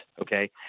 okay